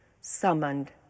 summoned